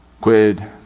Quid